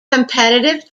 competitive